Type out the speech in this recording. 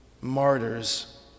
martyrs